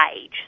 age